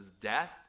death